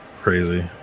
crazy